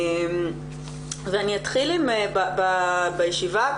אני אתחיל בישיבה